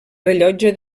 rellotge